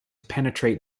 penetrate